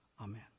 Amen